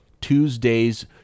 Tuesday's